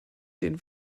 den